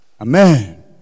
Amen